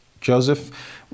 Joseph